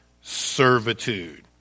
servitude